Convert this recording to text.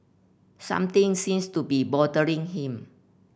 something seems to be bothering him